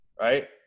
right